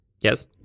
Yes